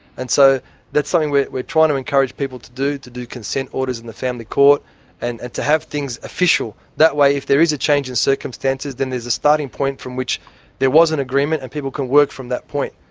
and so that's something we're we're trying to encourage people to do, to do consent orders in the family court and and to have things official that way, if there is a change in circumstances, then there's a starting point from which there was an agreement, and people can work from that point.